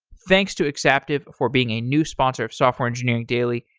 thanks to exaptive for being a new sponsor of software engineering daily.